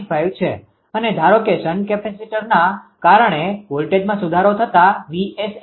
95 છે અને ધારો કે શન્ટ કેપેસીટરના કારણે વોલ્ટેજમાં સુધારો થતા 𝑉𝑠ℎ0